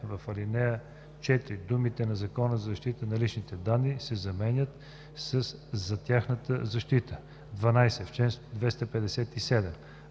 в ал. 4 думите „на Закона за защита на личните данни“ се заменят със „за тяхната защита“. 12. В чл. 257: